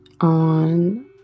on